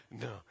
No